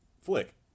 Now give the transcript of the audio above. flick